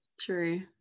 true